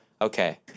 okay